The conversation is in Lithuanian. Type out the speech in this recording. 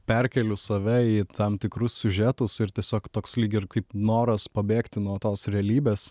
perkeliu save į tam tikrus siužetus ir tiesiog toks lyg ir kaip noras pabėgti nuo tos realybės